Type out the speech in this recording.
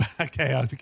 okay